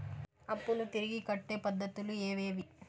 అప్పులు తిరిగి కట్టే పద్ధతులు ఏవేవి